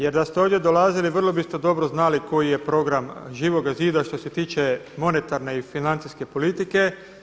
Jer da ste ovdje dolazili vrlo biste dobro znali koji je program Živoga zida što se tiče monetarne i financijske politike.